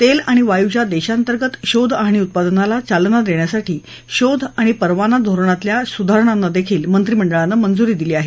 तेल आणि वायूच्या देशांतर्गत शोध आणि उत्पादनाला चालना देण्यासाठी शोध आणि परवाना धोरणातल्या सुधारणांनाही मंत्रिमंडळानं मंजूरी दिली आहे